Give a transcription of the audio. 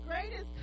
Greatest